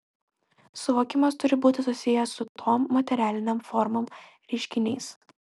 suvokimas turi būti susijęs su tom materialinėm formom reiškiniais